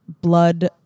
blood